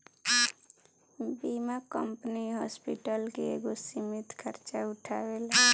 बीमा company hospital के एगो सीमित खर्चा उठावेला